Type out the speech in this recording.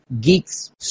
geeks